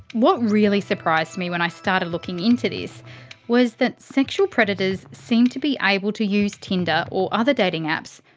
what really surprised me when i started looking into this was that sexual predators seem to be able to use tinder or other dating apps,